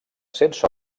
sense